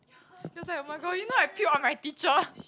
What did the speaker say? that was like oh-my-god you know I puke on my teacher